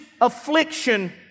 affliction